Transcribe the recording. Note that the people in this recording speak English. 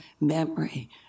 memory